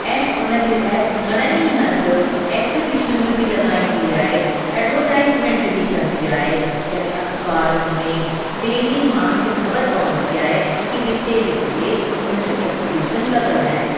ऐं उन्हनि जे लाइ घणनि ई हंधु एग्जीबिशनूं बि लॻाईंदी आहे एडवर्टाइजमेंट बि कंदी आहे जंहिं में अखबारुनि में डेली माण्हुनि खे ख़बर पवंदी आहे कि हिते हिते हुन जूं एग्जीबिशन लॻियल आहिनि